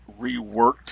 reworked